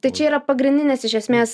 tai čia yra pagrindinis iš esmės